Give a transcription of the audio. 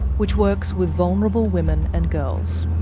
which works with vulnerable women and girls.